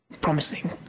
promising